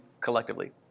collectively